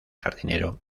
jardinero